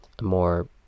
more